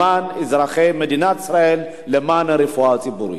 למען אזרחי מדינת ישראל, למען הרפואה הציבורית.